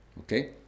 Okay